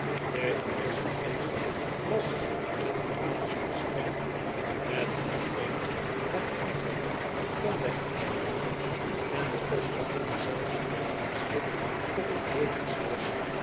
de eerste geest was een verbazende springer met wien geen der andere kon wedijveren en de koster kon zelfs toen zijn schrik op het hevigst was